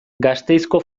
gasteizko